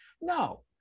No